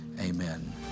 amen